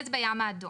אני אתרכז בים האדום.